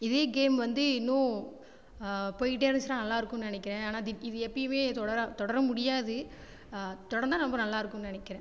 இதே கேம் வந்து இன்னும் போய்ட்டே இருந்துச்சுனா நல்லா இருக்குன்னு நினைக்கிறேன் ஆனால் தி இது எப்பையுமே தொடராக தொடர முடியாது தொடந்தால் ரொம்ப நல்லா இருக்குன்னு நினைக்கிறேன்